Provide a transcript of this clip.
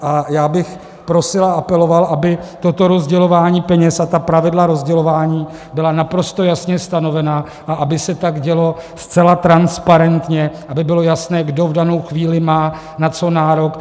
A já bych prosil a apeloval, aby toto rozdělování peněz a ta pravidla rozdělování byla naprosto jasně stanovena a aby se tak dělo zcela transparentně, aby bylo jasné, kdo v danou chvíli má na co nárok.